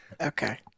Okay